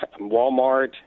Walmart